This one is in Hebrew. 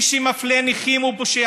תודה.